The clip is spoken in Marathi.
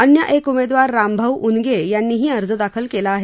अन्य एक उमेदवार रामभाऊ उनगे यांनीही अर्ज दाखल केला आहे